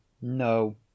no